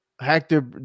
Hector